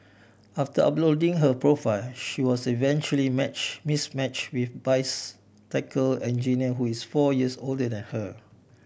after uploading her profile she was eventually match mismatch with engineer who is four years older than her